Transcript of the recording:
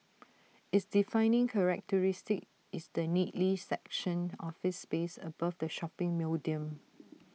its defining characteristic is the neatly sectioned office space above the shopping podium